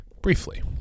briefly